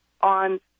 on